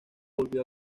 volvió